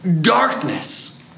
darkness